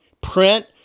print